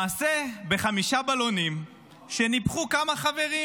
מעשה בחמישה בלונים שניפחו כמה חברים.